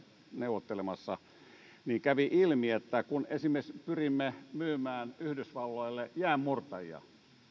neuvottelemassa että kun esimerkiksi pyrimme myymään yhdysvalloille jäänmurtajia niin